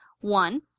one